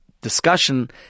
discussion